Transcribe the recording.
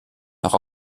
noch